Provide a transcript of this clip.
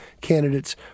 candidates